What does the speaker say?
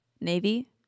navy